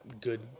good